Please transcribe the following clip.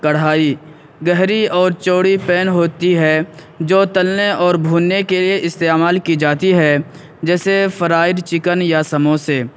کڑھائی گہری اور چوڑی پین ہوتی ہے جو تلنے اور بھوننے کے لیے استعمال کی جاتی ہے جیسے فرائڈ چکن یا سموسے